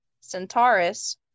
Centaurus